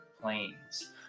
planes